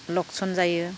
लकसान जायो